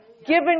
Given